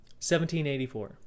1784